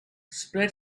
spread